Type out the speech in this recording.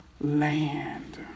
land